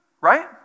Right